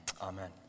amen